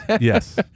Yes